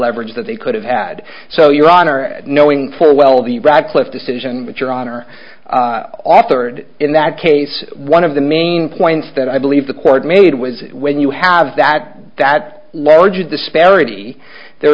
leverage that they could have had so your honor knowing full well the radcliffe decision which your honor authored in that case one of the main points that i believe the court made was when you have that that large disparity there